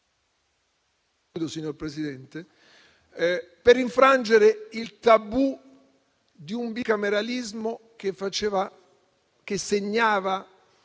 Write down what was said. per infrangere il tabù di un bicameralismo che segnava